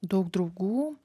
daug draugų